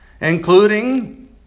including